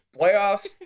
playoffs